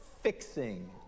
fixing